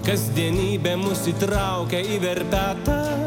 kasdienybė mus įtraukia į verpetą